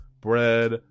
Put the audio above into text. Bread